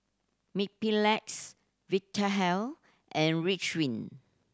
Mepilex Vitahealth and Ridwind